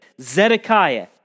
Zedekiah